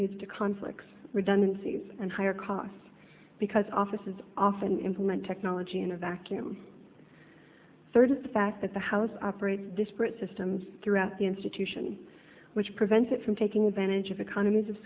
leads to conflicts redundancies and higher costs because offices often implement technology in a vacuum third the fact that the house operates disparate systems throughout the institution which prevents it from taking advantage economies of